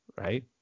right